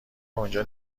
آنجا